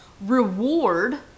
reward